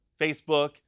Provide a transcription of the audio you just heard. Facebook